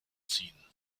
ziehen